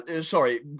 sorry